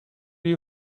you